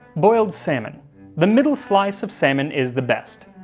boiled salmon the middle slice of salmon is the best,